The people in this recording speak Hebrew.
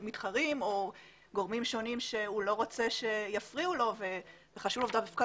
מתחרים או גורמים שונים שהוא לא רוצה שיפריעו לו וחשוב לו דווקא